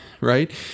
right